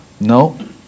No